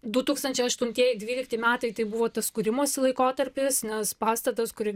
du tūkstančiai aštuntieji dvylikti metai tai buvo tas kūrimosi laikotarpis nes pastatas kurį